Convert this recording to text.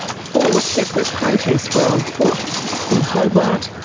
four separate protests were on foot in hobart,